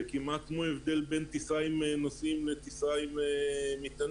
זה כמעט כמו הבדל בין טיסה עם נוסעים לטיסה עם מטענים.